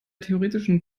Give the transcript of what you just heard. theoretischen